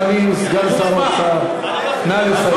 אדוני סגן שר האוצר, נא לסיים.